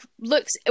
looks